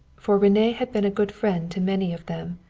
for rene had been a good friend to many of them,